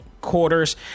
quarters